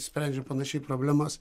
sprendžia panašiai problemas